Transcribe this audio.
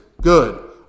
good